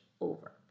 over